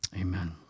Amen